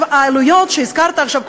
העלויות שהזכרת עכשיו,